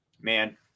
Man